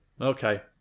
Okay